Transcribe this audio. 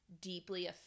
deeply